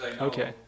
Okay